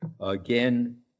Again